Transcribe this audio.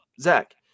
Zach